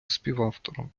співавторам